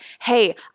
hey